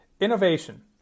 innovation